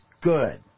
good